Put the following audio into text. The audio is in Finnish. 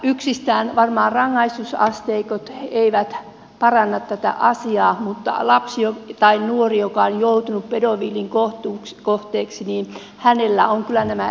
yksistään rangaistusasteikot eivät varmaan paranna tätä asiaa mutta lapsella tai nuorella joka on joutunut pedofiilin kohteeksi on kyllä nämä iänikuiset traumat